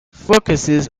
focuses